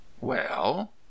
Well